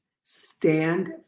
stand